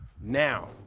now